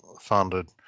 founded